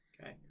Okay